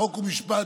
חוק ומשפט,